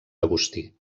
agustí